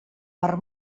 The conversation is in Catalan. per